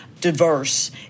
diverse